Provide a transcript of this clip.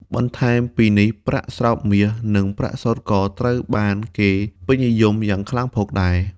បន្ថែមពីនេះ ប្រាក់ស្រោបមាស និងប្រាក់សុទ្ធ ក៏ត្រូវបានគេពេញនិយមយ៉ាងខ្លាំងផងដែរ។